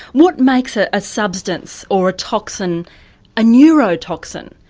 what makes ah a substance or a toxin a neurotoxin?